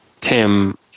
Tim